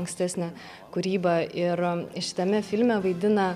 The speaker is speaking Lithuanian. ankstesnę kūrybą ir šitame filme vaidina